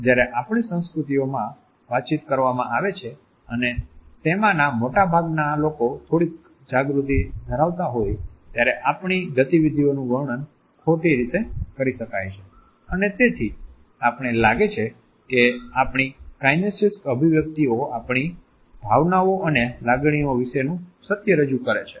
જ્યારે આપણી સંસ્કૃતિઓમાં વાતચીત કરવામાં આવે છે અને તેમાંના મોટાભાગના લોકો થોડીક જાગૃતિ ધરાવતા હોય ત્યારે આપણી ગતિવિધિઓનું વર્ણન ખોટી રીતે કરી શકાય છે અને તેથી આપણને લાગે છે કે આપણી કાઈનેસીક્સ અભિવ્યક્તિઓ આપણી ભાવનાઓ અને લાગણીઓ વિશેનું સત્ય રજૂ કરે છે